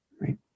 right